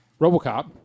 Robocop